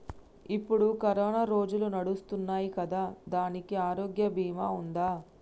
ఇప్పుడు కరోనా రోజులు నడుస్తున్నాయి కదా, దానికి ఆరోగ్య బీమా ఉందా?